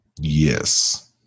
Yes